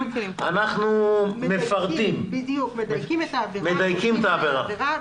בדיוק, מדייקים את העבירה.